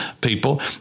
people